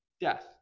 Death